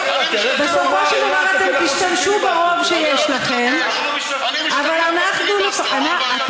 בסופו של דבר אתם תשתמשו ברוב שיש לכם מר אמסלם,